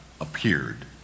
appeared